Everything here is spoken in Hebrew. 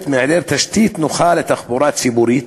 מהיעדר תשתית נוחה לתחבורה הציבורית,